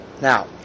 Now